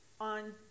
On